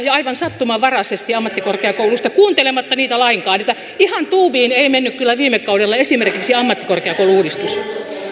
ja aivan sattumanvaraisesti leikkasitte aloituspaikkoja ammattikorkeakouluista kuuntelematta niitä lainkaan että ihan tuubiin ei mennyt kyllä viime kaudella esimerkiksi ammattikorkeakoulu uudistus